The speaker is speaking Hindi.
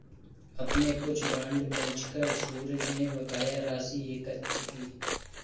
अपने कुछ बांड बेचकर सूरज ने बकाया राशि एकत्र की